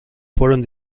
fueron